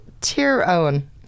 Tyrone